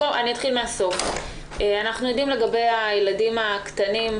אתחיל מן הסוף: אנחנו יודעים לגבי הילדים הקטנים,